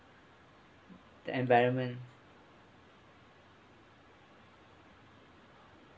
the environment